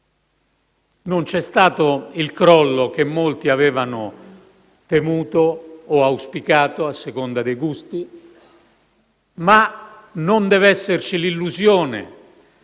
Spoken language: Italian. Non c'è stato il crollo che molti avevano temuto o auspicato (a seconda dei gusti), ma non deve esserci l'illusione